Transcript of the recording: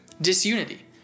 disunity